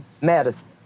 medicine